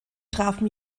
trafen